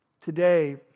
today